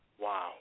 Wow